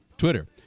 twitter